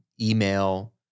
email